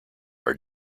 are